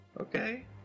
Okay